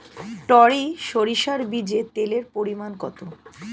টরি সরিষার বীজে তেলের পরিমাণ কত?